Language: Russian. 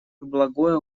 благое